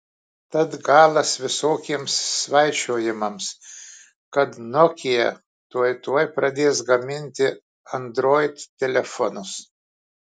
tad galas visokiems svaičiojimams kad nokia tuoj tuoj pradės gaminti android telefonus